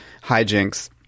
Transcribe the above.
hijinks